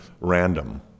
random